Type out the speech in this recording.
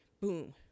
Boom